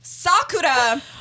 Sakura